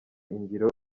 ingiro